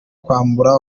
kwambura